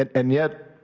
and yet,